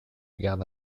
garde